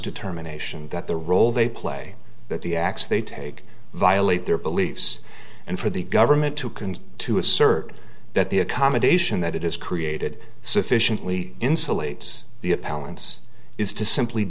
determination that the role they play that the acts they take violate their beliefs and for the government to continue to assert that the accommodation that it has created sufficiently insulates the appellant's is to simply